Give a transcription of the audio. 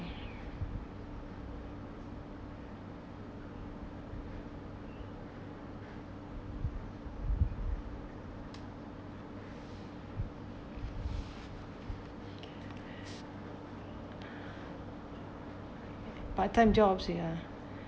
part time jobs ya